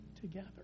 together